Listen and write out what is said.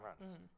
runs